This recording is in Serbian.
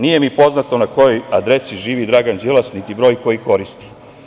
Nije mi poznato na kojoj adresi živi Dragan Đilas i broj koji koristi.